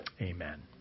Amen